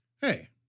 hey